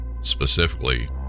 specifically